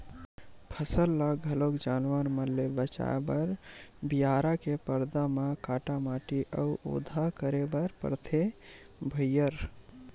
फसल ल घलोक जानवर मन ले बचाए बर बियारा के परदा म काटा माटी अउ ओधा करे बर परथे भइर